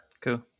Cool